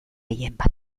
gehienbat